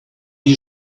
you